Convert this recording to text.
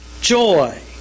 joy